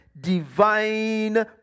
divine